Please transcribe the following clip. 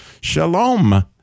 Shalom